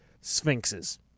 Sphinxes